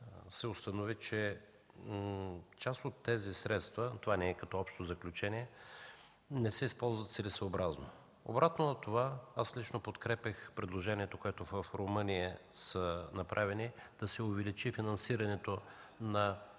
се установи, че част от тези средства – това не е като общо заключение, не се използват целесъобразно. Обратно на това, аз лично подкрепях предложенията, които са направени в Румъния, да се увеличи финансирането на